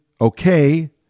okay